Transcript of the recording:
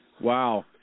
Wow